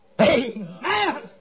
Amen